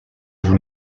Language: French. vous